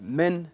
men